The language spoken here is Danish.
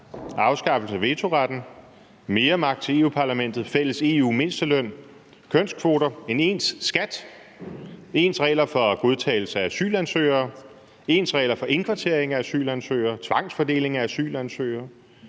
afskaffelse af vetoretten, mere magt til Europa-Parlamentet, fælles EU-mindsteløn, kønskvoter, en ens skat, ens regler for godtagelse af asylansøgere, ens regler for indkvartering af asylansøgere, tvangsfordeling af asylansøgere,